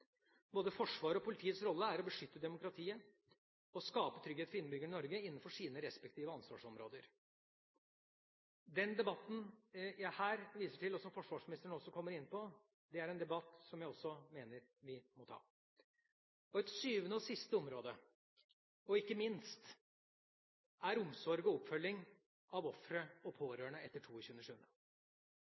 Både Forsvarets og politiets rolle er å beskytte demokratiet, og å skape trygghet for innbyggerne i Norge, innenfor sine respektive ansvarsområder. Den debatten jeg her viser til, og som forsvarsministeren også kommer inn på, er en debatt jeg også mener vi må ta. Et sjuende og siste område er ikke minst omsorg for og oppfølging av ofre og pårørende etter